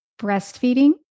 breastfeeding